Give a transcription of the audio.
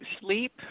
sleep